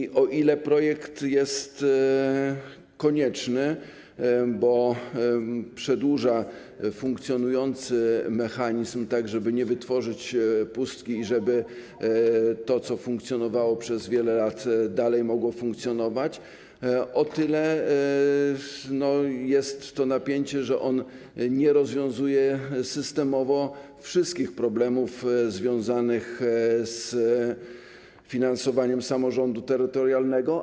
I o ile projekt jest konieczny, bo przedłuża funkcjonujący mechanizm, tak żeby nie wytworzyć pustki i żeby to, co funkcjonowało przez wiele lat, dalej mogło funkcjonować, o tyle jest to napięcie, że on nie rozwiązuje systemowo wszystkich problemów związanych z finansowaniem samorządu terytorialnego.